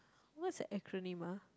what's acronym ah